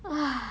!wah!